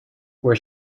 where